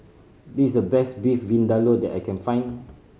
this is the best Beef Vindaloo that I can find